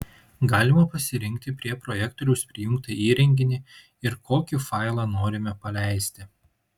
galima pasirinkti prie projektoriaus prijungtą įrenginį ir kokį failą norime paleisti